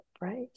right